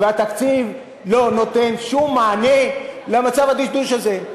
והתקציב לא נותן שום מענה למצב הדשדוש הזה,